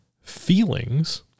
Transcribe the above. feelings